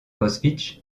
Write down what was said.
auschwitz